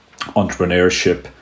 entrepreneurship